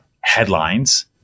headlines